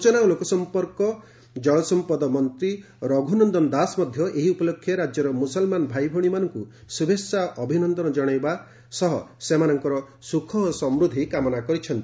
ସୂଚନା ଓ ଲୋକସମ୍ପର୍କ ଜଳସମ୍ପଦ ମନ୍ତୀ ରଘ୍ରନନ୍ଦନ ଦାସ ମଧ ଏହି ଉପଲକ୍ଷେ ରାଜ୍ୟର ମୁସଲମାନ ଭାଇଭଉଣୀମାନଙ୍କୁ ଶୁଭେଛା ଅଭିନନ୍ଦନ ଜଶାଇବା ସେମାନଙ୍କର ସୁଖ ଓ ସମୃଦ୍ଧି କାମନା କରିଛନ୍ତି